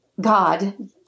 god